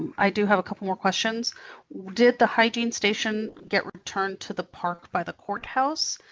i do have a couple more questions did the hygiene station get returned to the park by the courthouse?